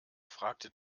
fragte